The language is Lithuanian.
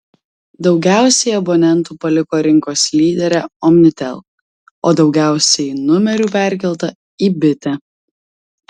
daugiausiai abonentų paliko rinkos lyderę omnitel o daugiausiai numerių perkelta į bitę